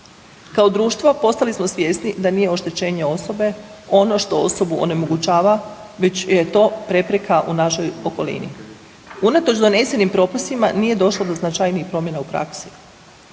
Kao društvo postali smo svjesni da nije oštećenje osobe ono što osobu onemogućava već je to prepreka u našoj okolini. Unatoč donesenim propisima nije došlo do značajnijih promjena u praksi.